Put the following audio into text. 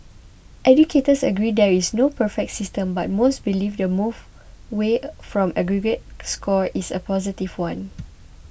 educators agree there is no perfect system but most believe the move away from aggregate scores is a positive one